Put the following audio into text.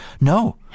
No